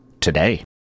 Today